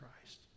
Christ